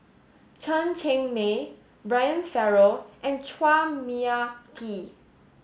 Chen Cheng Mei Brian Farrell and Chua Mia Tee